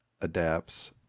adapts